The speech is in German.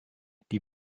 die